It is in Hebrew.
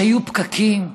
שיהיו פקקים?